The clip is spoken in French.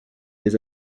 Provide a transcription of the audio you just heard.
des